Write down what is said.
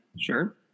Sure